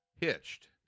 Hitched